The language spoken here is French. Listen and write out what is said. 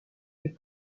est